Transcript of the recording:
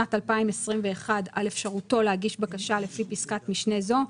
לשנת 2021 על אפשרותו להגיש בקשה לפי פסקת משנה זו,